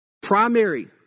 primary